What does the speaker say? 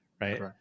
right